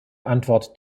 antwort